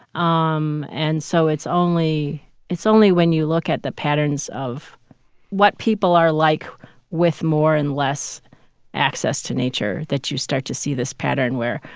um and so it's only it's only when you look at the patterns of what people are like with more and less access to nature that you start to see this pattern where,